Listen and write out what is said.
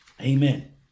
Amen